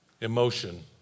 emotion